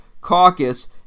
Caucus